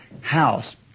house